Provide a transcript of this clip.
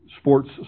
sports